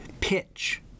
pitch